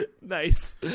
Nice